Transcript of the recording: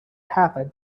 happen